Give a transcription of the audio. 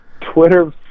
Twitter